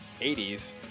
80s